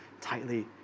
tightly